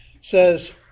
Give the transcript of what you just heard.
says